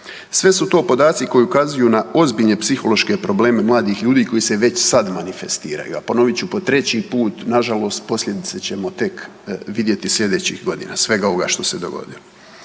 Sve su to podaci koji ukazuju na ozbiljne psihološke probleme mladih ljudi koji se već sad manifestiraju, a ponovit ću po treći put, nažalost, posljedice ćemo tek vidjeti sljedećih godina, svega ovoga što se dogodilo.